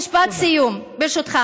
משפט סיום, ברשותך.